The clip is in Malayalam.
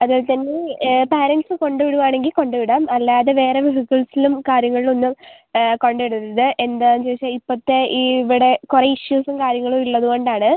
അതുപോലെതന്നെ പരെന്റ്സ് കൊണ്ട് വിടാൻ ആണെങ്കിൽ കൊണ്ട് വിടാം അതുപോലെ വേറെ ബസ്സസ്സിലും കാര്യങ്ങളിലും ഒന്നും കൊണ്ട് വിടരുത് എന്താന്ന് വെച്ചാൽ ഇപ്പഴത്തെ ഇവിടെ ഇഷ്യുസും കാര്യങ്ങളും ഉള്ളത് കൊണ്ടാണ്